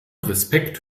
respekt